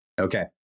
Okay